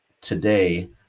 today